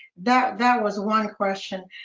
that that was one question.